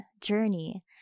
journey